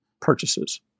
purchases